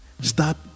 stop